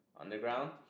Underground